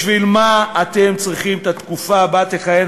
בשביל מה אתם צריכים את התקופה שבה תכהן